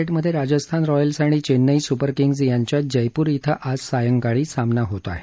IPL क्रिकेटमधे Rajasthan Royals आणि Chennai Super Kings यांच्यात जयपूर इथं आज सायंकाळी सामना होत आहे